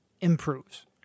improves